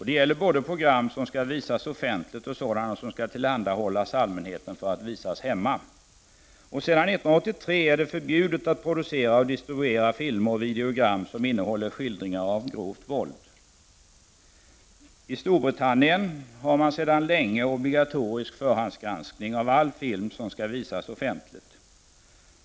Det gäller både program som skall visas offentligt och sådana som skall tillhandahållas almänheten för att visas hemma. Sedan år 1983 är det förbjudet att producera och distribuera filmer och videogram som innehåller skildringar av grovt våld. I Storbritannien har man sedan länge obligatorisk förhandsgranskning av all film som skall visas offentligt.